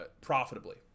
profitably